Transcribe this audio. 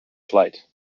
flight